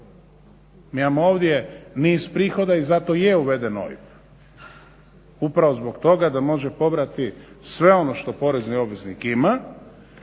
Mi imamo ovdje niz prihoda i zato je uveden OIB upravo zbog toga da može pobrati sve ono što porezni obveznik ima,